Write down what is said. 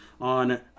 on